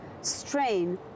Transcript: strain